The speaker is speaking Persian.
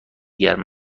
گرم